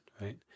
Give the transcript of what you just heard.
right